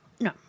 No